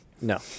No